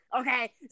Okay